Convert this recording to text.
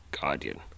Guardian